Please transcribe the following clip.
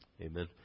Amen